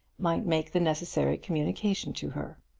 might make the necessary communication to her.